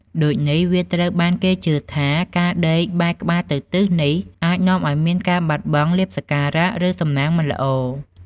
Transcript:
ដូចនេះ វាត្រូវបានគេជឿថា ការដេកបែរក្បាលទៅទិសនេះអាចនាំឱ្យមានការបាត់បង់លាភសក្ការៈ ឬសំណាងមិនល្អ។